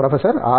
professor R